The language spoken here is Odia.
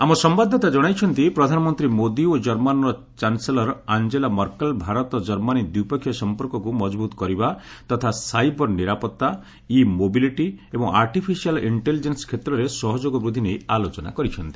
ଆମ ସମ୍ଭାଦଦାତା ଜଣାଇଛନ୍ତି ପ୍ରଧାନମନ୍ତ୍ରୀ ମୋଦି ଓ କର୍ମାନର ଚାନ୍ସେଲର ଆଞ୍ଜେଲା ମର୍କେଲ୍ ଭାରତ ଜର୍ମାନୀ ଦ୍ୱିପକ୍ଷୀୟ ସଂପର୍କକୁ ମଜବୁତ କରିବା ତଥା ସାଇବର ନିରାପତ୍ତା ଇ ମୋବିଲିଟି ଏବଂ ଆର୍ଟିଫିସିଆଲ୍ ଇଷ୍ଟେଲିଜେନ୍ସ କ୍ଷେତ୍ରରେ ସହଯୋଗ ବୃଦ୍ଧି ନେଇ ଆଲୋଚନା କରିଛନ୍ତି